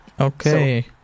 Okay